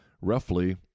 roughly